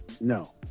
No